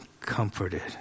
comforted